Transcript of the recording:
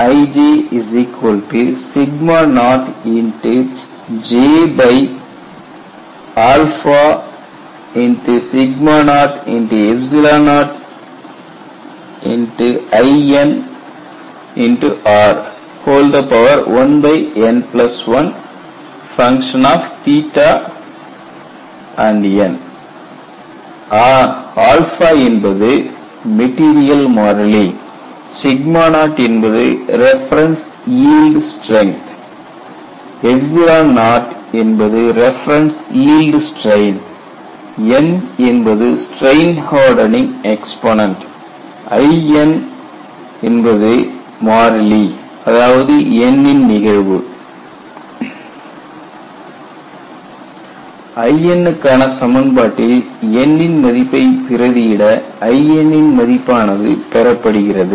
ij 0J00Inr1n1 0n material மாறிலி 0 reference yield strength 0 reference yield strain n strain hardening exponent In மாறிலி n ன் நிகழ்வு Constant In க்கான சமன்பாட்டில் n ன் மதிப்பை பிரதி இட In ன் மதிப்பானது பெறப்படுகிறது